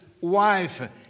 wife